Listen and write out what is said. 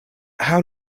how